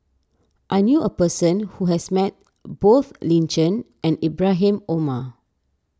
I knew a person who has met both Lin Chen and Ibrahim Omar